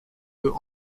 peut